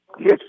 Yes